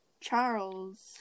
Charles